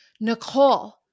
Nicole